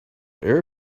air